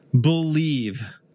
believe